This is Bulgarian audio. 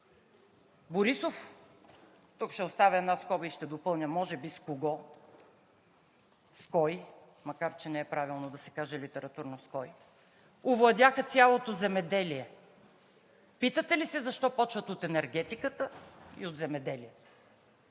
Борисов – тук ще оставя една скоба и ще допълня може би с кого, с кой, макар че не е правилно да се каже литературно „с кой“, овладяха цялото земеделие. Питате ли се защо почват от енергетиката и от земеделието?!